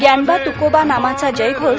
ग्यानबा तुकोबा नामाचा जयघोष